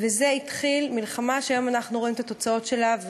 וזה התחיל מלחמה שהיום אנחנו רואים את התוצאות שלה,